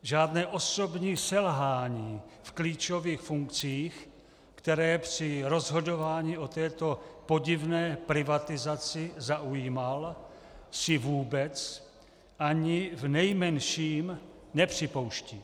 Žádné osobní selhání v klíčových funkcích, které při rozhodování o této podivné privatizaci zaujímal, si vůbec ani v nejmenším nepřipouští.